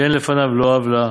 שאין לפניו לא עוולה